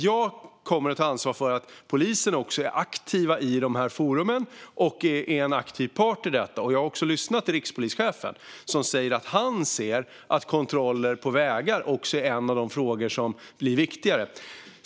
Jag kommer att ta ansvar för att polisen är en aktiv part i de här forumen. Jag har också lyssnat till rikspolischefen, som säger att han ser att kontroller på vägar är en av de frågor som blir allt viktigare.